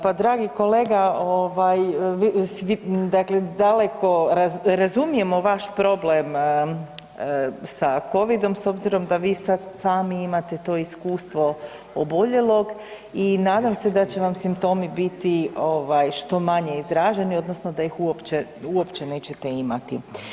Pa dragi kolega, razumijemo vaš problem sa COVID-om s obzirom da vi sada sami imate to iskustvo oboljelog i nadam se da će vam simptomi biti što manje izraženi odnosno da ih uopće nećete imati.